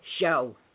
show